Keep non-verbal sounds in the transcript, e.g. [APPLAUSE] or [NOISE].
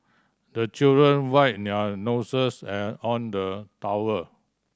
the children wipe their noses [HESITATION] on the towel